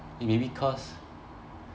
eh maybe cause